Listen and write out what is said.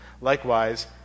Likewise